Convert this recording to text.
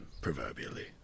Proverbially